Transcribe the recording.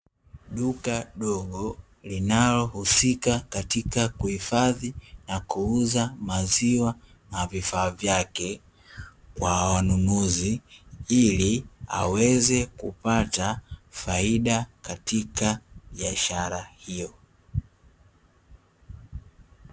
Duka dogo linalohusika katika kuhifadhi na kuuza maziwa na vifaa vyake, kwa wanunuzi ili aweze kupata faida katika biashara hiyo.